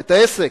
את העסק?